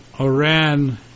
Iran